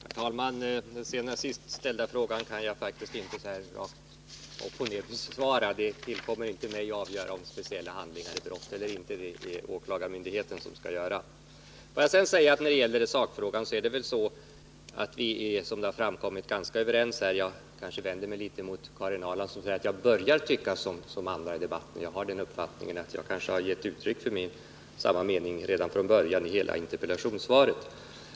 Herr talman! Den senaste ställda frågan kan jag faktiskt inte här på rak arm besvara. Det tillkommer inte mig att avgöra om speciella handlingar är brottsliga eller inte; det är åklagarmyndigheten som skall göra det. När det gäller sakfrågan har det väl framkommit att vi är ganska överens här. Jag vill kanske vända mig något mot Karin Ahrland, som säger att jag ”börjar” tycka som andra i debatten. Jag har den uppfattningen att jag har gett uttryck för samma mening redan från början i interpellationssvaret.